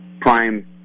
prime